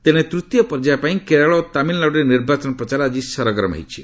ତେଣେ ତୂତୀୟ ପର୍ଯ୍ୟାୟ ପାଇଁ କେରଳ ଓ ତାମିଲନାଡୁରେ ନିର୍ବାଚନ ପ୍ରଚାର ଅତି ସରଗରମ ହୋଇଛି